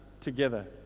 together